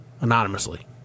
anonymously